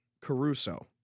Caruso